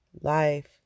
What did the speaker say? life